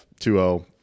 2-0